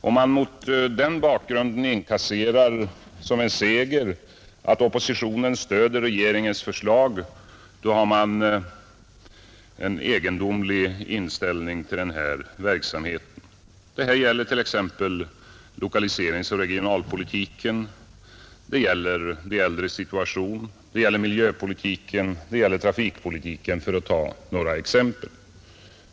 Om man mot den bakgrunden inkasserar som en seger att oppositionen stöder regeringens förslag, har man en egendomlig inställning till den här verksamheten. Det gäller t.ex. lokaliseringsoch regionalpolitiken, det gäller de äldres situation, det gäller miljöpolitiken och det gäller trafikpolitiken, för att ta några exempel.